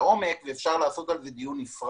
לעומק ואפשר לעשות על זה דיון נפרד.